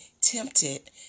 tempted